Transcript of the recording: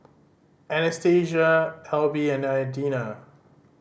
Anastacia Alby and Adina